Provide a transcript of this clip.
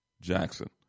Jackson